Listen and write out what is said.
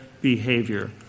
behavior